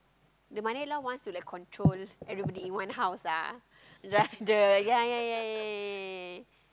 the mother in law wants to like control everybody in one house ah like the ya ya ya ya ya